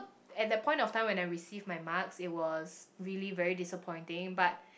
at the point of time when I receive my marks it was really very disappointing but